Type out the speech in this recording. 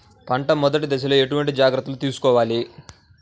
పంట మెదటి దశలో ఎటువంటి జాగ్రత్తలు తీసుకోవాలి?